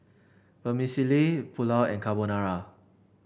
Vermicelli Pulao and Carbonara